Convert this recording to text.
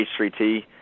h3t